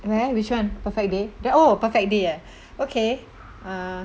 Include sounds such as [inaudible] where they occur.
where which one perfect day that oh perfect day ah [breath] okay uh